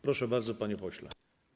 Proszę bardzo, panie pośle.